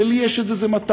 ולי יש עוד איזו מטרה,